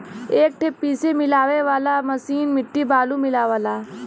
एक ठे पीसे मिलावे वाला मसीन गिट्टी बालू मिलावला